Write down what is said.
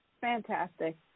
fantastic